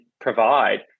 provide